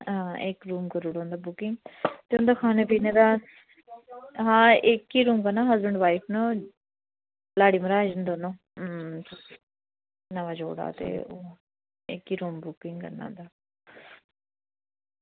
इक्क रूम दी करी ओड़ेओ बुकिंग ते उंदे खाने पीने दा आं इक्क ई रूम करना हसबैंड वाईफ न ओह् लाड़ी मरहाज न दौनों अं नमां जोड़ा ते इक्क ई रूम बुकिंग करना इंदा